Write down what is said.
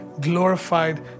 glorified